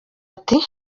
ati